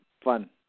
fun